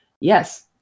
Yes